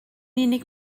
unig